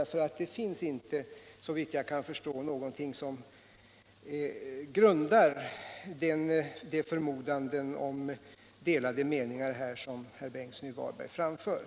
Det finns såvitt jag kan förstå inte någonting som grundar de förmodanden om delade meningar som herr Bengtsson i Varberg framför.